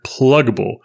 pluggable